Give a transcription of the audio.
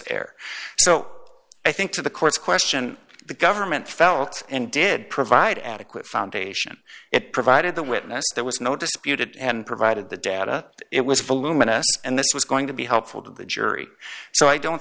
harmless air so i think to the court's question the government felt and did provide adequate foundation it provided the witness there was no disputed and provided the data it was voluminous and this was going to be helpful to the jury so i don't